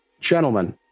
gentlemen